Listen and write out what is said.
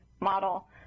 model